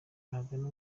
babagana